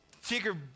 secret